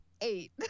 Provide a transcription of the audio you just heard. Eight